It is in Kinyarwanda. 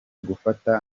gufata